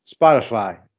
Spotify